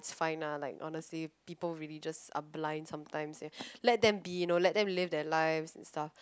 fine lah like honestly people really just are blind sometimes let them be let them live their lives and stuff